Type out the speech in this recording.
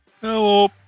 Hello